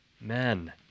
men